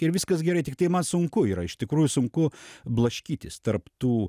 ir viskas gerai tiktai man sunku yra iš tikrųjų sunku blaškytis tarp tų